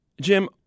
Jim